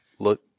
look